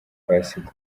bahasiga